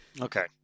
okay